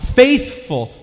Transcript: faithful